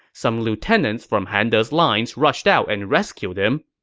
some lieutenants from han de's lines rushed out and rescued him.